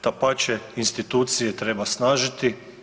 Dapače, institucije treba snažiti.